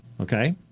Okay